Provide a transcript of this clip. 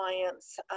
clients